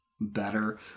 better